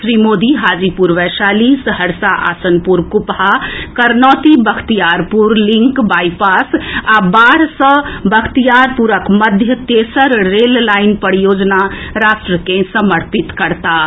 Shri Modi Hajipur Vaishali Saharsa Asanpur Kupaha Karnauti Bakhtiyarpur link bypass आ बाढ़ सऽ बख्तियारपुरक मध्य तेसर रेललाईन परियोजना राष्ट्र के समर्पित करताह